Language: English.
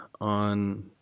on